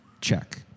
check